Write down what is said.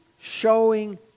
showing